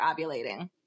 ovulating